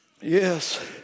Yes